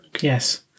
yes